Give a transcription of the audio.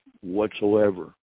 whatsoever